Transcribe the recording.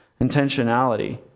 intentionality